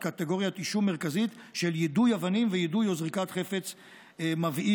קטגוריית אישום מרכזית של יידוי אבנים ויידוי או זריקת חפץ מבעיר.